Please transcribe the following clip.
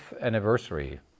anniversary